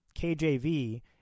KJV